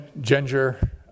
Ginger